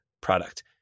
product